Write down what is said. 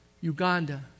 Uganda